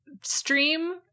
stream